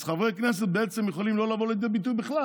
אז חברי כנסת יכולים בעצם לא לבוא לידי ביטוי בכלל.